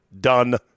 done